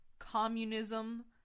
Communism